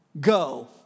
go